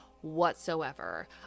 whatsoever